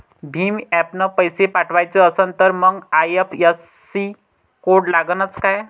भीम ॲपनं पैसे पाठवायचा असन तर मंग आय.एफ.एस.सी कोड लागनच काय?